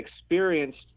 experienced